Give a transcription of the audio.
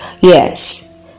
Yes